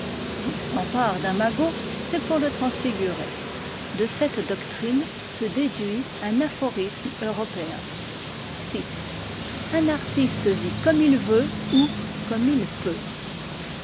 s'ils s'emparent d'un magot c'est pour le transfigurer de cette doctrine se déduit un aphorisme européen v i un artiste vit comme il veut ou comme il peut